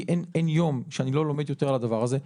כי אין יום שאני לא לומד יותר על הדבר הזה.